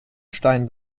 stein